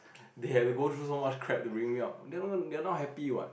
they had to go through so much crap to bring me up they're not they're not happy what